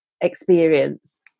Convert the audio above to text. experience